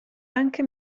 anche